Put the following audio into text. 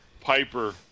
Piper